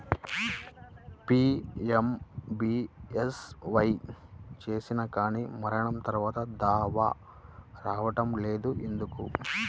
PMBSY చేసినా కానీ మరణం తర్వాత దావా రావటం లేదు ఎందుకు?